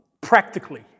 Practically